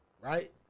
right